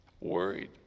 worried